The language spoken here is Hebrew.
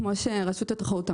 כמו שאמרה נציגת רשות התחרות.